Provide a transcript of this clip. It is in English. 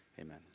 amen